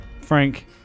Frank